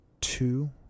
two